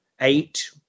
Eight